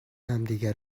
همدیگه